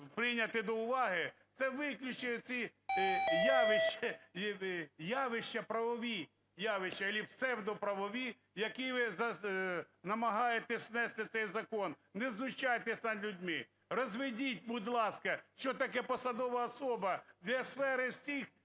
прийняти до уваги, це виключить оці явища, правові явища ілі псевдоправові, які ви намагаєтесь внести в цей закон. Не знущайтесь над людьми, розведіть, будь ласка, що таке посадова особа, де сфери всіх